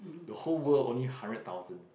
the whole world only hundred thousand